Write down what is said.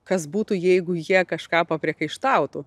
kas būtų jeigu jie kažką papriekaištautų